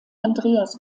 andreas